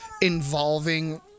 involving